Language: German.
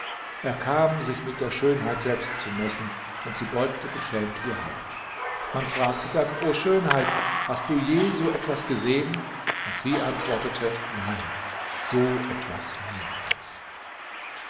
er kam sich mit der schönheit selbst zu messen und sie beugte beschämt ihr haupt man fragte dann o schönheit hast du je so etwas gesehen und sie antwortete nein so etwas niemals